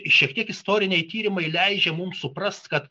šiek tiek istoriniai tyrimai leidžia mums suprast kad